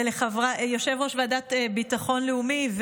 יושב-ראש הוועדה לביטחון לאומי,